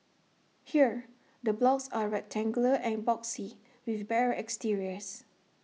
here the blocks are rectangular and boxy with bare exteriors